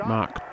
Mark